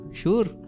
sure